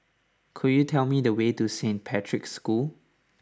could you tell me the way to Saint Patrick's School